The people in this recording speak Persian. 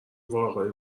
واقعی